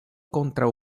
kontraŭ